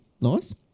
nice